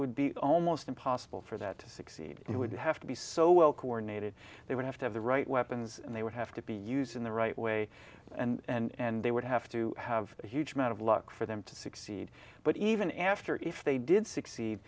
would be almost impossible for that to succeed you would have to be so well coordinated they would have to have the right weapons and they would have to be used in the right way and they would have to have a huge amount of luck for them to succeed but even after if they did succeed